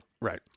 Right